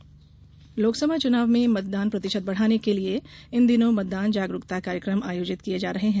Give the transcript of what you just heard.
मतदाता जागरूकता लोकसभा चुनाव में मतदान प्रतिशत बढ़ाने के लिये इन दिनों मतदान जागरूकता कार्यक्रम आयोजित किये जा रहे है